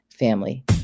family